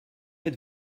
êtes